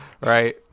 right